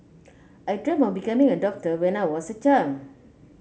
I dreamt of becoming a doctor when I was a child